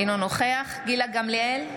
אינו נוכח גילה גמליאל,